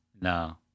no